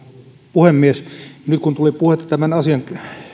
puhemies nyt kun tuli puhetta tämän asian